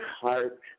heart